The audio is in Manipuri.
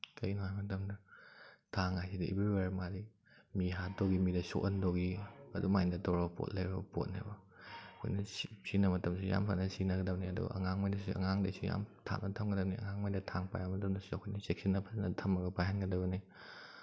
ꯀꯩꯒꯤꯅꯣ ꯍꯥꯏꯕ ꯃꯇꯝꯗ ꯊꯥꯡ ꯍꯥꯏꯁꯤꯗꯤ ꯏꯕ꯭ꯔꯤ ꯋꯦꯌꯥꯔ ꯃꯥꯗꯤ ꯃꯤ ꯍꯥꯠꯇꯧꯒꯤ ꯃꯤꯗ ꯁꯣꯛꯍꯟꯗꯧꯒꯤ ꯑꯗꯨꯃꯥꯏꯅ ꯇꯧꯔꯒ ꯄꯣꯠ ꯂꯩꯕ ꯄꯣꯠꯅꯦꯕ ꯑꯩꯈꯣꯏꯅ ꯁꯤꯖꯤꯟꯅꯕ ꯃꯇꯝꯗꯁꯨ ꯌꯥꯝ ꯐꯖꯅ ꯁꯤꯖꯤꯟꯅꯒꯗꯕꯅꯤ ꯑꯗꯨꯒ ꯑꯉꯥꯡꯈꯩꯅꯁꯨ ꯑꯉꯥꯡꯗꯩꯁꯨ ꯌꯥꯝ ꯊꯥꯞꯅ ꯊꯝꯒꯗꯕꯅꯤ ꯑꯉꯥꯡꯈꯩꯅ ꯊꯥꯡ ꯄꯥꯏꯕ ꯃꯇꯝꯗꯁꯨ ꯑꯩꯈꯣꯏꯅ ꯆꯦꯛꯁꯤꯟꯅ ꯐꯖꯅ ꯊꯝꯃꯒ ꯄꯥꯏꯍꯟꯒꯗꯕꯅꯤ